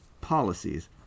policies